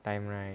time right